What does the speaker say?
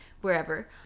Wherever